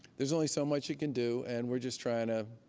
there's only so much you can do. and we're just trying to